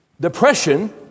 depression